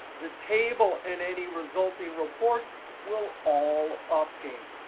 the table and any resulting reports will all update.